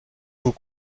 vous